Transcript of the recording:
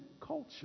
culture